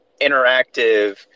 interactive